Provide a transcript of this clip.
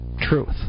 truth